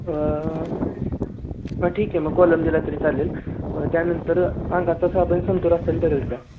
हा ठीक आहे मग कोलम दिला तरी चालेल त्यानंतर अंगाचा साबण संतूर असेल तरच द्या